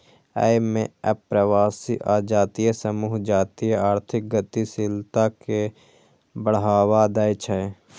अय मे अप्रवासी आ जातीय समूह जातीय आर्थिक गतिशीलता कें बढ़ावा दै छै